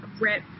rip